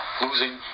losing